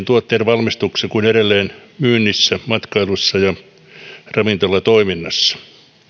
tuotteiden valmistuksessa kuin edelleen myynnissä matkailussa ja ravintolatoiminnassa